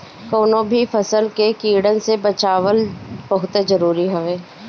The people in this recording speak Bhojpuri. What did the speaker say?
कवनो भी फसल के कीड़न से बचावल बहुते जरुरी हवे